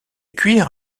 cuir